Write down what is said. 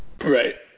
right